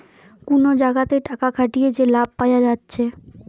কুনো জাগাতে টাকা খাটিয়ে যে লাভ পায়া যাচ্ছে